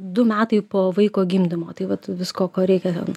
du metai po vaiko gimdymo tai vat visko ko reikia